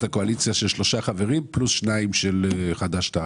הקואליציה יהיה של שלושה חברים פלוס שניים של חד"ש-תע"ל.